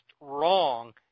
wrong